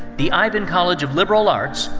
the ivan college of liberal arts,